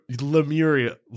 Lemuria